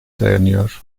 dayanıyor